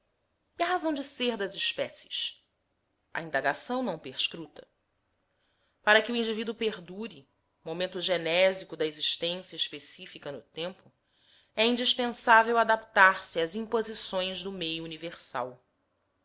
e a razão de ser das espécies a indagação não perscruta para que o indivíduo perdure momento genésico da existência especifica no tempo é indispensável adaptar-se as imposições do meio universal